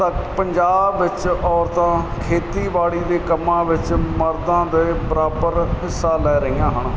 ਪੰਜਾਬ ਵਿੱਚ ਔਰਤਾਂ ਖੇਤੀਬਾੜੀ ਦੇ ਕੰਮਾਂ ਵਿੱਚ ਮਰਦਾਂ ਦੇ ਬਰਾਬਰ ਹਿੱਸਾ ਲੈ ਰਹੀਆਂ ਹਨ